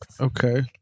Okay